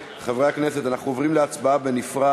חברי הכנסת, אנחנו עוברים להצבעה